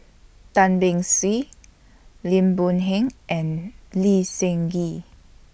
Tan Beng Swee Lim Boon Heng and Lee Seng Gee